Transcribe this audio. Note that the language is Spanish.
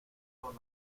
por